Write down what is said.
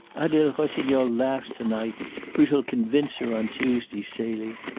adele rossignol laughs to-night we shall convince her on tuesday, celie!